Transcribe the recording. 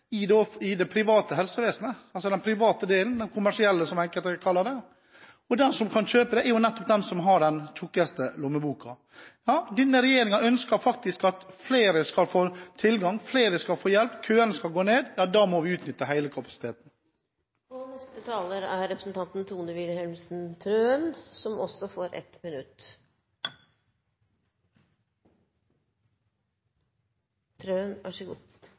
betydelig ledig kapasitet i det private helsevesenet, altså den private delen – den kommersielle delen, som enkelte kaller det. Og de som kan benytte seg av det, er nettopp de som har den tykkeste lommeboka. Denne regjeringen ønsker faktisk at flere skal få tilgang, flere skal få hjelp, køene skal gå ned, og da må vi utnytte hele kapasiteten. Representanten Tone Wilhelmsen Trøen har hatt ordet to ganger tidligere og får